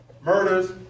murders